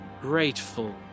grateful